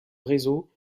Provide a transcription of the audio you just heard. réseau